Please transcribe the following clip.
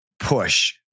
push